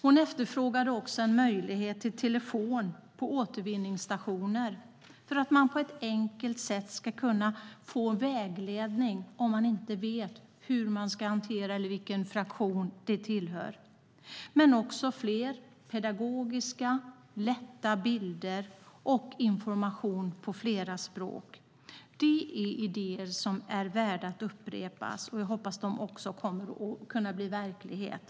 Hon efterfrågade också en möjlighet till telefon på återvinningsstationer för att man på ett enkelt sätt ska kunna få vägledning om man inte vet hur man ska hantera det hela eller vilken fraktion det tillhör. Det behövs också fler pedagogiska och lätta bilder och information på flera språk. Detta är idéer som är värda att upprepas, och jag hoppas att de också kommer att kunna bli verklighet.